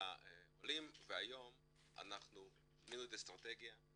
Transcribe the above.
העולים והיום אנחנו שינינו את האסטרטגיה,